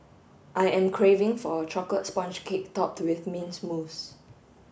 I am craving for a chocolate sponge cake topped with mint mousse